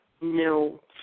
no